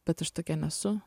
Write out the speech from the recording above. bet aš tokia nesu